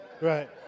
right